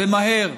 ומהר.